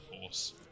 Force